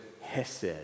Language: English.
hesed